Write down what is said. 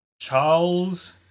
Charles